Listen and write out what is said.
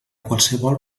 qualsevol